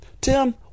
Tim